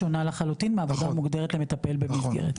שונה לחלוטין מעבודה המוגדרת למטפל במסגרת.